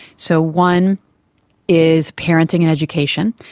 so one is parenting and education,